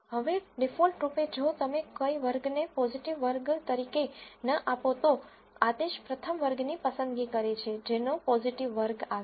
હવે ડીફોલ્ટ રૂપે જો તમે કોઈ વર્ગને પોઝીટીવ વર્ગ તરીકે ન આપો તો આદેશ પ્રથમ વર્ગની પસંદગી કરે છે જેનો પોઝીટીવ વર્ગ આવે છે